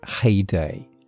heyday